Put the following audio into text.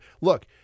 Look